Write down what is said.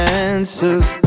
answers